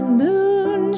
moon